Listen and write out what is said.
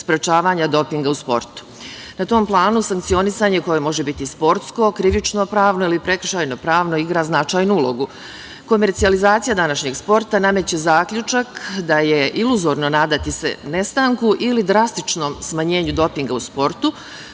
sprečavanja dopinga u sportu. Na tom planu, sankcionisanje koje može biti sportsko, krivično-pravno ili prekršajno-pravno igra značajnu ulogu. Komercijalizacija današnjeg sporta nameće zaključak da je iluzorno nadati se nestanku ili drastičnom smanjenju dopinga u sportu,